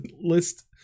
list